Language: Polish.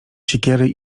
siekiery